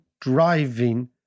driving